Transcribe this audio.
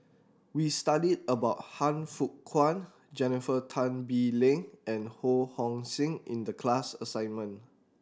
we studied about Han Fook Kwang Jennifer Tan Bee Leng and Ho Hong Sing in the class assignment